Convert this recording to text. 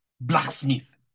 blacksmith